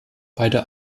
beide